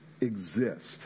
exist